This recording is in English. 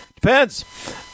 Depends